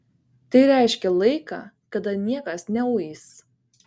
tai reiškė laiką kada niekas neuis